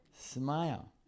Smile